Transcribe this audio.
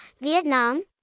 Vietnam